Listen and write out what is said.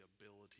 ability